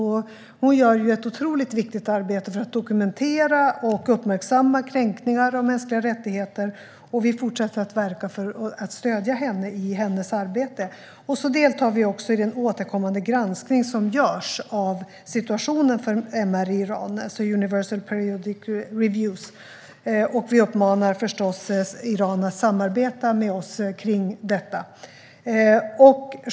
Hon gör ett otroligt viktigt arbete för att dokumentera och uppmärksamma kränkningar av mänskliga rättigheter. Vi fortsätter att verka för att stödja henne i hennes arbete. Vi deltar också i den återkommande granskningen som görs av situationen för MR i Iran, alltså Universal Periodic Review. Vi uppmanar förstås Iran att samarbeta med oss kring detta.